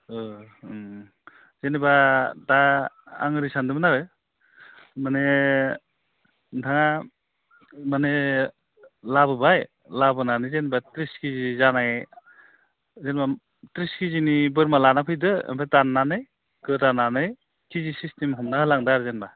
जेनेबा दा आं ओरै सान्दोंमोन आरो माने नोंथाङा माने लाबोबाय लाबोनानै जेनेबा त्रिस केजि जानाय जेनेबा त्रिस केजिनि बोरमा लाना फैदो ओमफ्राय दाननानै गोदानानै केजि सिस्टेम हमना गालांदो आरो जेनेबा